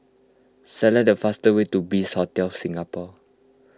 select the fast way to Bliss Hotel Singapore